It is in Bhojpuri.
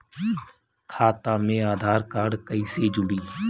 खाता मे आधार कार्ड कईसे जुड़ि?